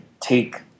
take